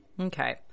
okay